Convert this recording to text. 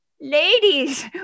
ladies